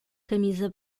camisa